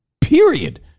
Period